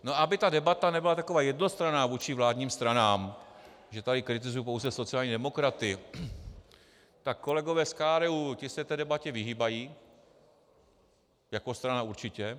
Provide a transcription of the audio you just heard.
A aby ta debata nebyla tak jednostranná vůči vládním stranám, že tady kritizuji pouze sociální demokraty, tak kolegové z KDU, ti se té debatě vyhýbají, jako strana určitě.